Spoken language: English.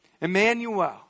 Emmanuel